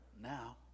now